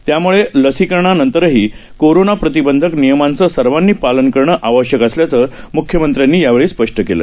त्यामुळेलसीकरणानंतरहीकोरोनाप्रतिबंधकनियमांचंसर्वांनीपालनकरणंआवश्यकअसल्याचंम्ख्यमंत्र्यांनीया वेळीस्पष्टकेलं